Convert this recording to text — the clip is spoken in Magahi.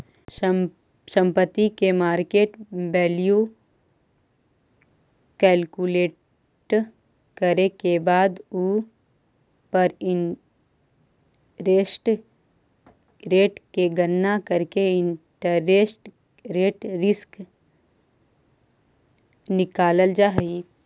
संपत्ति के मार्केट वैल्यू कैलकुलेट करे के बाद उ पर इंटरेस्ट रेट के गणना करके इंटरेस्ट रेट रिस्क निकालल जा हई